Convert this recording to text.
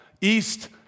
east